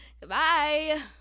goodbye